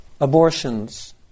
abortions